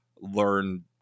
learn